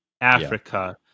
Africa